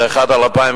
זה אחד ל-2011,